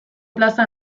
plaza